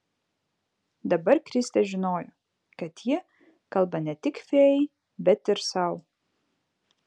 dabar kristė žinojo kad ji kalba ne tik fėjai bet ir sau